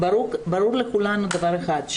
ברור לכולנו דבר אחד,